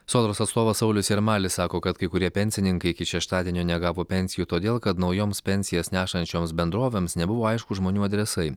sodros atstovas saulius jarmalis sako kad kai kurie pensininkai iki šeštadienio negavo pensijų todėl kad naujoms pensijas nešančioms bendrovėms nebuvo aišku žmonių adresai